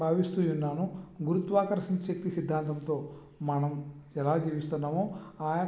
భావిస్తూన్నాను గురుత్వాకర్షణశక్తీ సిద్ధాంతంతో మనం ఎలా జీవిస్తున్నామో ఆ